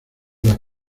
las